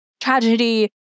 tragedy